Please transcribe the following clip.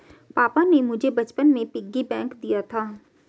पापा ने मुझे बचपन में पिग्गी बैंक दिया था